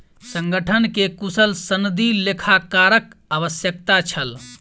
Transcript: संगठन के कुशल सनदी लेखाकारक आवश्यकता छल